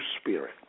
spirit